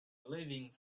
living